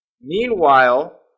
Meanwhile